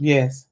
Yes